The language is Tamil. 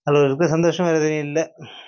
அதில் இருக்க சந்தோஷம் வேறு எதிலயும் இல்லை